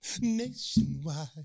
Nationwide